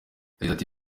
yagize